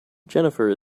jennifer